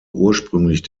ursprünglich